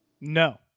No